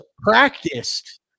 practiced